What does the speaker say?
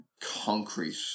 concrete